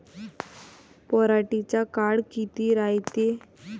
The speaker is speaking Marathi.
पराटीचा काळ किती रायते?